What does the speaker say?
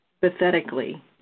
pathetically